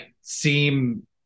seem